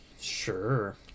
Sure